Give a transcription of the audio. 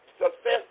success